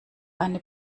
eine